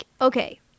okay